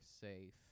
safe